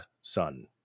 son